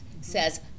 says